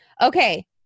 Okay